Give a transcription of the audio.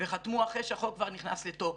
וחתמו אחרי שהחוק כבר נכנס לתוקף.